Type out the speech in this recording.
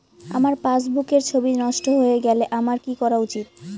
আমার পাসবুকের ছবি নষ্ট হয়ে গেলে আমার কী করা উচিৎ?